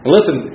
Listen